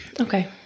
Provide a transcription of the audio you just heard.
Okay